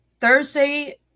Thursday